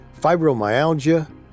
fibromyalgia